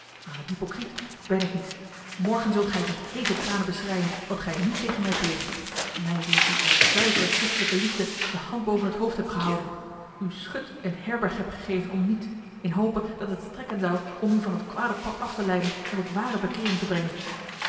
maar een hypocriet ben ik niet morgen zult gij het met heete tranen beschreien wat gij n tegen mij pleegt mij die u uit zuivere christelijke liefde de hand boven t hoofd heb gehouden u schut en herberg heb gegeven om niet in hope dat het strekken zou om u van t kwade pad af te leiden en tot ware bekeering te brengen